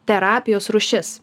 terapijos rūšis